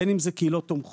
בין אם זה קהילות תומכות,